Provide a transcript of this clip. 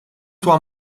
tua